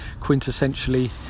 quintessentially